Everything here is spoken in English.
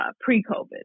pre-COVID